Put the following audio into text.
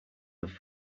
have